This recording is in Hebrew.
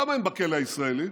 למה הם בכלא הישראלי?